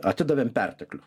atidavėm perteklių